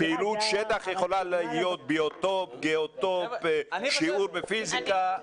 פעילות שטח יכולה להיות שיעור בפיזיקה וכולי.